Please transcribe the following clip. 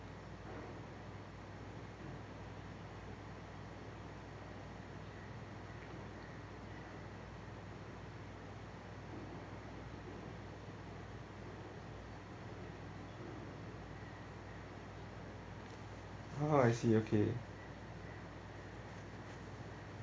ha I see okay